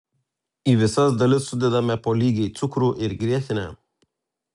į visas dalis sudedame po lygiai cukrų ir grietinę